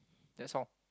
that's all